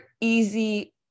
easy